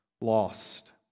lost